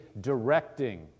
directing